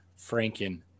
Franken